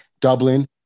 Dublin